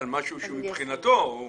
משהו שמבחינתו הוא